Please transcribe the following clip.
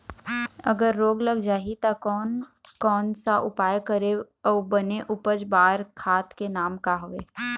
अगर रोग लग जाही ता कोन कौन सा उपाय करें अउ बने उपज बार खाद के नाम का हवे?